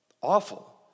Awful